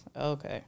Okay